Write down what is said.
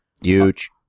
Huge